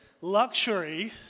luxury